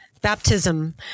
baptism